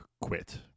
quit